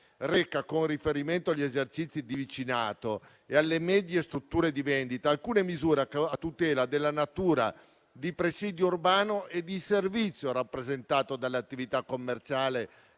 reca, con riferimento agli esercizi di vicinato e alle medie strutture di vendita, alcune misure a tutela della natura di presidio urbano e di servizio rappresentato dalle attività commerciali